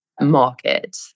market